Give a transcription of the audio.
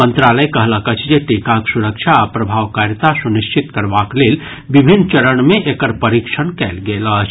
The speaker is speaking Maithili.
मंत्रालय कहलक अछि जे टीकाक सुरक्षा आ प्रभावकारिता सुनिश्चित करबाक लेल विभिन्न चरण मे एकर परीक्षण कयल गेल अछि